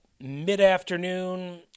Mid-afternoon